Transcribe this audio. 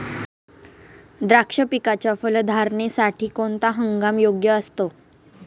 द्राक्ष पिकाच्या फलधारणेसाठी कोणता हंगाम योग्य असतो?